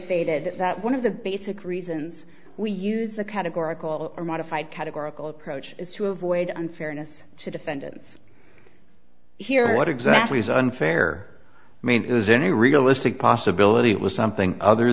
stated that one of the basic reasons we use the categorical or modified categorical approach is to avoid unfairness to defendants here what exactly is unfair mean it was any realistic possibility it was something other